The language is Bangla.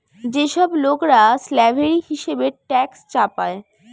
যে সব লোকরা স্ল্যাভেরি হিসেবে ট্যাক্স চাপায়